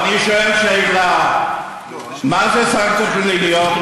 אני שואל שאלה: מה זה סנקציות פליליות?